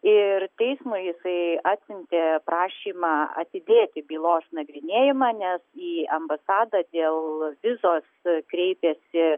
ir teismui jisai atsiuntė prašymą atidėti bylos nagrinėjimą nes į ambasadą dėl vizos kreipėsi